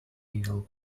eagle